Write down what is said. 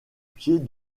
pied